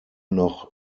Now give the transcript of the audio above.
noch